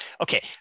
Okay